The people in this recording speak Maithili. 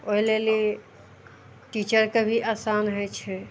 ओहि लेल ई टीचरके भी आसान होइ छै